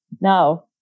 No